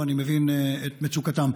ואני מבין את מצוקתם.